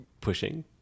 pushing